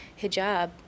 hijab